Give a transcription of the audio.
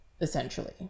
essentially